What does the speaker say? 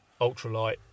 ultralight